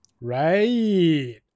Right